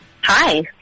Hi